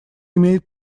имеет